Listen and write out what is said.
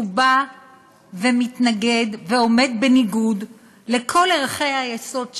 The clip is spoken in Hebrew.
הוא עומד בניגוד לכל ערכי היסוד שלנו,